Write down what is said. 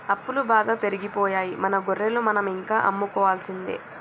అప్పులు బాగా పెరిగిపోయాయి మన గొర్రెలు మనం ఇంకా అమ్ముకోవాల్సిందే